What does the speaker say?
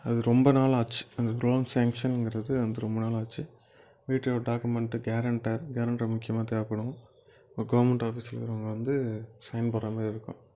அது ரொம்ப நாள் ஆச்சு அந்த லோன் சேங்க்ஷன்ங்கிறது வந்து ரொம்ப நாள் ஆச்சு வீட்டோடய டாக்குமெண்ட்டு கேரண்ட்டர் கேரண்ட்டர் முக்கியமாக தேவைப்படும் அப்புறம் கவர்மெண்ட் ஆஃபீஸில் இருக்கிறவங்க வந்து சைன் போடுறா மாதிரி இருக்கும்